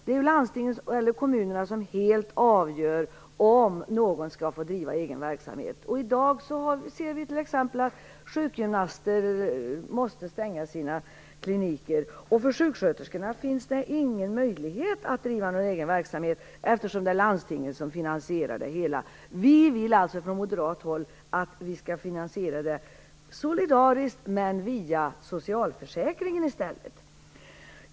Det är ju landstingen eller kommunerna som helt avgör om någon skall få driva egen verksamhet. I dag ser vi att t.ex. sjukgymnaster måste stänga sina kliniker, och för sjuksköterskorna finns det ingen möjlighet att driva egen verksamhet eftersom det är landstingen som finansierar det hela. Från moderat håll vill vi att detta skall finansieras solidariskt, men via socialförsäkringen i stället.